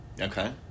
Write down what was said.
Okay